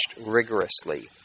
rigorously